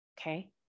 Okay